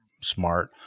smart